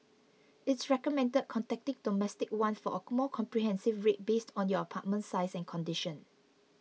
it's recommended contacting Domestic One for a more comprehensive rate based on your apartment size and condition